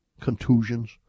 contusions